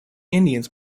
indians